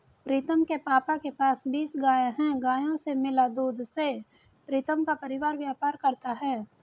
प्रीतम के पापा के पास बीस गाय हैं गायों से मिला दूध से प्रीतम का परिवार व्यापार करता है